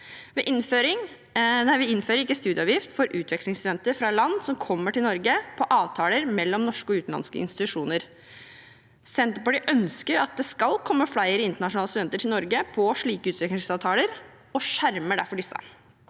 Vi innfører ikke studieavgift for utvekslingsstudenter fra andre land som kommer til Norge på avtaler mellom norske og utenlandske institusjoner. Senterpartiet ønsker at det skal komme flere inter nasjonale studenter til Norge på slike utvekslingsavtaler, og skjermer derfor disse.